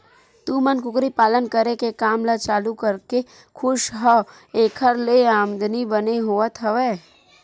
तुमन कुकरी पालन करे के काम ल चालू करके खुस हव ऐखर ले आमदानी बने होवत हवय?